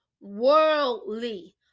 worldly